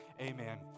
Amen